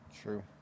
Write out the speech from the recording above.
true